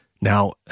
Now